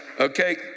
okay